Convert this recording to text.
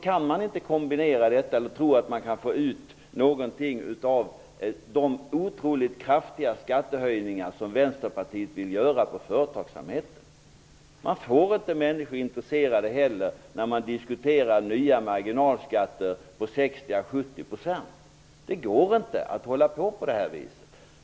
Man kan då heller inte tro att det går att få ut någonting av de otroligt kraftiga skattehöjningar som Vänsterpartiet vill lägga på företagen. Man får heller inte människor intresserade av att göra något extra, om man, som Vänsterpartiet gör, diskuterar en höjning av marginalskatterna till 60 à 70 %. Det går inte att hålla på så här.